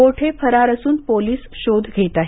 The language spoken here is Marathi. बोठे फरार असून पोलीस शोध घेत आहेत